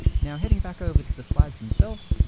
now heading back over to the slides themselves,